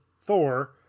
Thor